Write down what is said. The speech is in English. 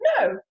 no